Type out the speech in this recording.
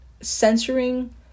censoring